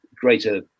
greater